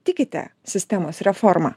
tikite sistemos reforma